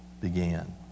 began